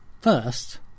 First